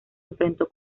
enfrentó